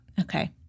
Okay